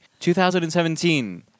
2017